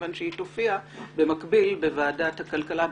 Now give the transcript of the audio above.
מכיוון שהיא תופיע במקביל בוועדת הכלכלה,